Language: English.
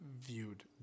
viewed